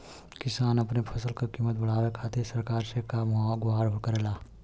किसान अपने फसल क कीमत बढ़ावे खातिर सरकार से का गुहार करेला?